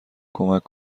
کمک